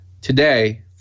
Today